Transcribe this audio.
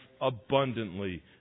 abundantly